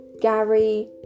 Gary